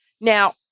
Now